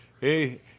hey